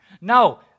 No